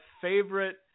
favorite